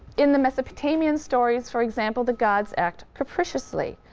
in the mesopotamian stories, for example, the gods act capriciously,